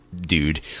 dude